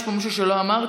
יש פה מישהו שלא אמרתי?